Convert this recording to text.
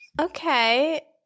okay